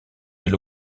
fait